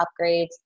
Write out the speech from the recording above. upgrades